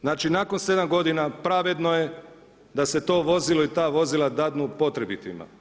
Znači nakon 7 godina pravedno je da se to vozilo i ta vozila dadnu potrebitima.